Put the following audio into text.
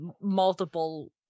multiple